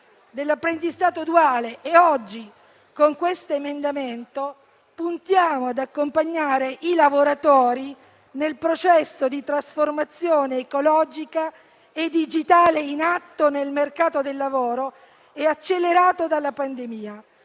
dell'apprendistato duale e, oggi, con questo emendamento, puntiamo ad accompagnare i lavoratori nel processo di trasformazione ecologica e digitale in atto nel mercato del lavoro e accelerato dalla pandemia.